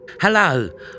Hello